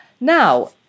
now